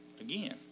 again